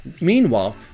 Meanwhile